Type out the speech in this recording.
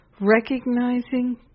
recognizing